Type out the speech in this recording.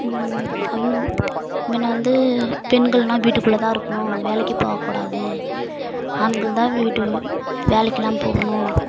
அது முன்ன வந்து பெண்கள்னால் வீட்டுக்குள்ளே தான் இருக்கணும் வேலைக்கு போகக்கூடாது ஆண்கள் தான் வீட்டு வேலைக்கெலாம் போகணும்